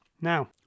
Now